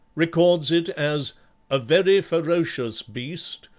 records it as a very ferocious beast,